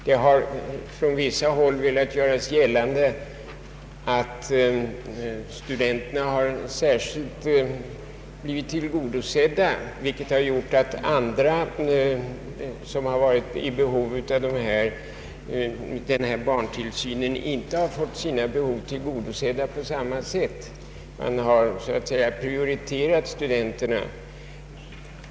Det har från vissa håll gjorts gällande att studenterna har blivit i särskilt hög grad tillgodosedda, vilket skulle ha lett till att andra grupper, som också är i behov av barnstugeplatser, inte i samma utsträckning har fått sina behov tillgodosedda; studenterna skulle med andra ord ha prioriterats.